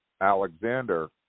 Alexander